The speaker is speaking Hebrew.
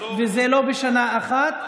וזה לא בשנה אחת.